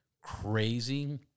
crazy